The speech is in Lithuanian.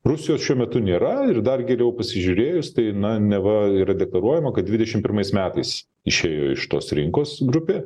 rusijos šiuo metu nėra ir dar geriau pasižiūrėjus tai na neva yra deklaruojama kad dvidešimt pirmais metais išėjo iš tos rinkos grupė